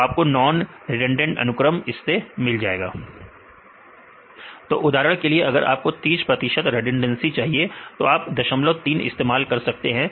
तो आपको non redundant अनुक्रम मिल जाएगा तो उदाहरण के लिए अगर आपको 30 प्रतिशत रिडंडेंसी चाहिए तो आप 03 इस्तेमाल कर सकते हैं